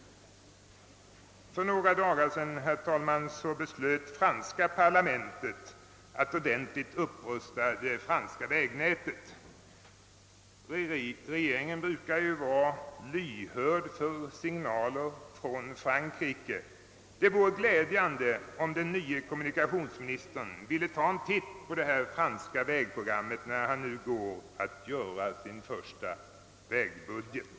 För några dagar sedan, herr talman, beslöt franska parlamentet att ordentligt upprusta det franska vägnätet. Den svenska regeringen brukar ju vara lyhörd för signaler från Frankrike. Det vore glädjande om den nye kommunikationsministern ville ta en titt på det franska vägprogrammet när han nu går att göra sin första vägbudget.